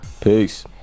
peace